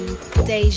Deja